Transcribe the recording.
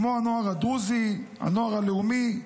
כמו הנוער הדרוזי, הנוער הלאומי,